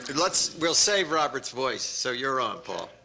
let's we'll save robert's voice, so you're on,